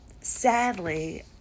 sadly